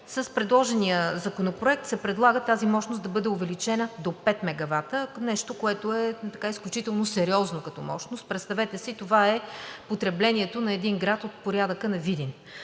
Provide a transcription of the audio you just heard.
С предложения законопроект се предлага тази мощност да бъде увеличена до 5 мегавата – нещо, което е изключително сериозно като мощност. Представете си, това е потреблението на един град от порядъка на Видин,